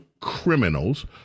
criminals